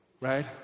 right